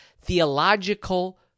theological